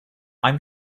i’m